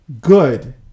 good